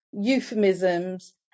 euphemisms